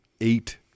eight